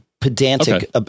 pedantic